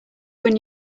when